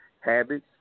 habits